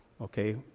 okay